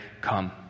Come